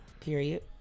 Period